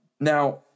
Now